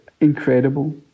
incredible